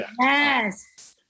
Yes